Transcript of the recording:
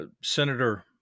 Senator